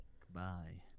Goodbye